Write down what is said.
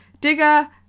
Digger